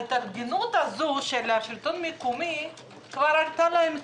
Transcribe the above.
ההתארגנות הזאת של השלטון המקומי כבר עלתה להם כסף.